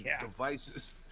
devices